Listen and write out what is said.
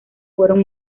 fueron